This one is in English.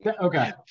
okay